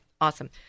awesome